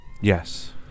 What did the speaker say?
Yes